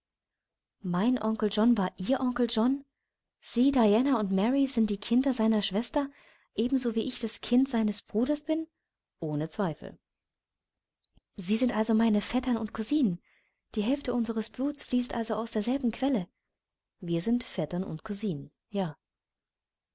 mein onkel john war ihr onkel john sie diana und mary sind die kinder seiner schwester ebenso wie ich das kind seines bruders bin ohne zweifel sie sind also meine vettern und cousinen die hälfte unseres bluts fließt also aus derselben quelle wir sind vettern und cousinen ja